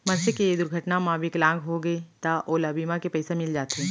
मनसे के दुरघटना म बिकलांग होगे त ओला बीमा के पइसा मिल जाथे